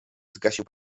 zgasił